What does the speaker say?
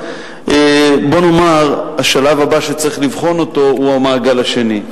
בוא נאמר שהשלב הבא שצריך לבחון אותו הוא המעגל השני.